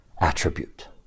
attribute